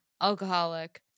alcoholic